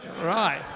Right